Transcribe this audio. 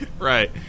Right